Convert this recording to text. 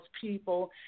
people